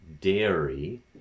dairy